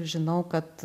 žinau kad